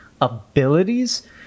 abilities